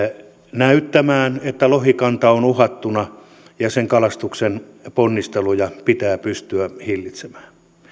näyttämään että lohikanta on uhattuna ja sen kalastuksen ponnisteluja pitää pystyä hillitsemään